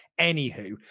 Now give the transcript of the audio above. Anywho